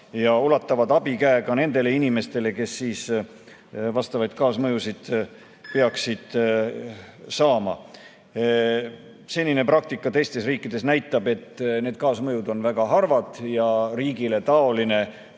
ulatavad abikäe ka nendele inimestele, kellel vastavad kaasmõjud peaksid tekkima. Senine praktika teistes riikides näitab, et need kaasmõjud on väga harvad ja riigile taoline